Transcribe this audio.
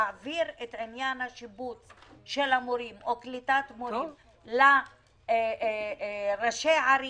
להעביר את עניין השיבוץ של המורים או קליטת מורים לראשי הערים,